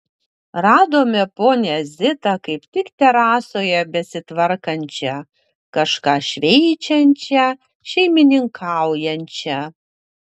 radome ponią zitą kaip tik terasoje besitvarkančią kažką šveičiančią šeimininkaujančią